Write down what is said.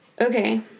Okay